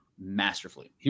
masterfully